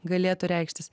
galėtų reikštis